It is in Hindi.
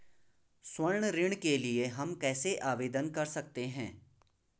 स्वर्ण ऋण के लिए हम कैसे आवेदन कर सकते हैं?